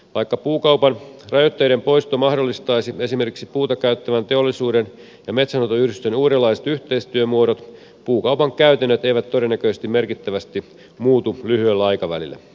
vaikka puukaupan rajoitteiden poisto mahdollistaisi esimerkiksi puuta käyttävän teollisuuden ja metsänhoitoyhdistysten uudenlaiset yhteistyömuodot puukaupan käytännöt eivät todennäköisesti merkittävästi muutu lyhyellä aikavälillä